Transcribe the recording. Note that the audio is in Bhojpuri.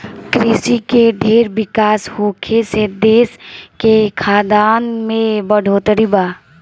कृषि के ढेर विकास होखे से देश के खाद्यान में बढ़ोतरी बा